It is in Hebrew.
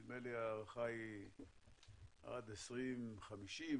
נדמה לי שההערכה עד 2050,